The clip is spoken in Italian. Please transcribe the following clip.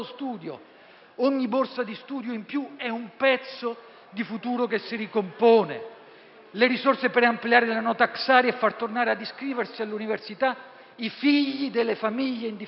ogni borsa di studio in più è un pezzo di futuro che si ricompone. Penso alle risorse per ampliare la *no tax area* e per far tornare ad iscriversi all'università i figli delle famiglie in difficoltà.